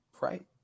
right